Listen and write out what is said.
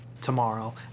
tomorrow